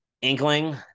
inkling